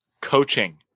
coaching